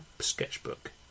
sketchbook